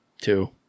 Two